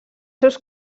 seus